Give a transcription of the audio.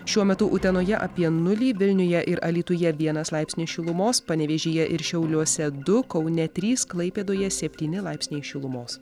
šiuo metu utenoje apie nulį vilniuje ir alytuje vienas laipsnis šilumos panevėžyje ir šiauliuose du kaune trys klaipėdoje septyni laipsniai šilumos